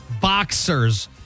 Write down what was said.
Boxers